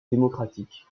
démocratique